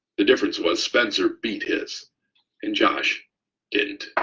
the difference was, spencer beat his and josh didn't.